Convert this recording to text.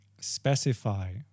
specify